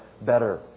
better